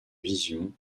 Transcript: vision